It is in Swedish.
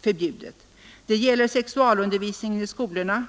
förbjuden. Det gäller sexualundervisningen i skolan.